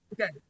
Okay